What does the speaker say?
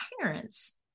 parents